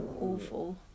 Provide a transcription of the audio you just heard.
awful